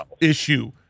issue